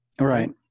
Right